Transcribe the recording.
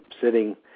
sitting